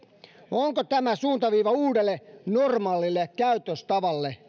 onko tämä suuntaviiva uudelle normaalille käytöstavalle